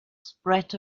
spread